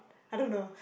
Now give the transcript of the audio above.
I don't know